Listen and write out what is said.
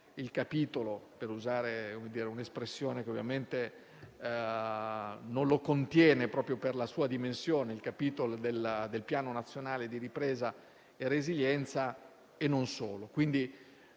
il capitolo - per usare un'espressione che non lo contiene, proprio per la sua dimensione - del Piano nazionale di ripresa e resilienza e non solo.